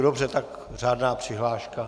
Dobře, tak řádná přihláška.